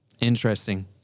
Interesting